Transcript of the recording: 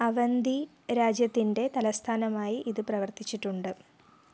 അവന്തി രാജ്യത്തിൻ്റെ തലസ്ഥാനമായി ഇത് പ്രവർത്തിച്ചിട്ടുണ്ട്